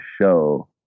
show